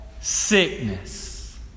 sickness